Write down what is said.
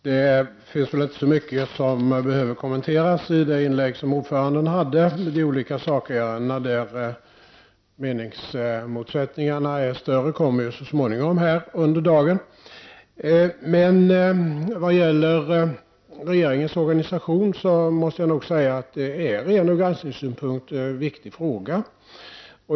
Herr talman! Det är inte så mycket som behöver kommenteras i det inlägg som ordföranden gjorde. De olika sakärenden i vilka meningsmotsättningarna är större kommer så småningom under dagen upp till debatt. Men regeringens organisation måste jag nog säga är en ur granskningssynpunkt viktig fråga.